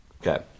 Okay